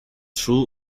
true